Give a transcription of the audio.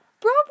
Bro